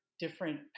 Different